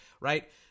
right